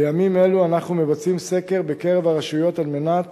בימים אלו אנחנו מבצעים סקר בקרב הרשויות על מנת